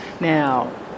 Now